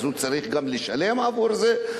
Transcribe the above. אז הוא צריך לשלם עבור זה,